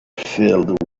filled